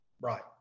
right